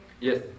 Yes